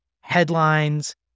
headlines